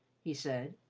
he said.